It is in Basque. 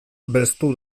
belztu